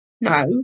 no